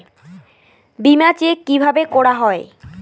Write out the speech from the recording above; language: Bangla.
বিমা চেক কিভাবে করা হয়?